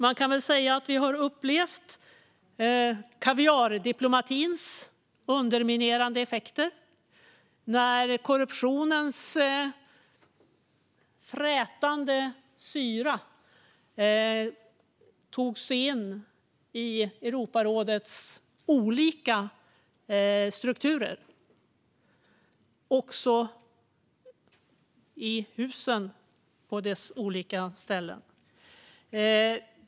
Man kan väl säga att vi upplevde kaviardiplomatins underminerande effekter när korruptionens frätande syra tog sig in i Europarådets olika strukturer - också dess hus på olika ställen.